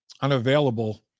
unavailable